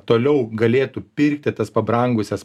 toliau galėtų pirkti tas pabrangusias